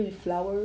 initiate